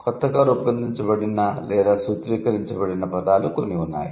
కొత్తగా రూపొందించబడిన లేదా సూత్రీకరించబడిన పదాలు కొన్ని ఉన్నాయి